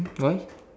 why